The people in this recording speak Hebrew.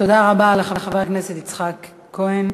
תודה רבה לחבר הכנסת יצחק כהן.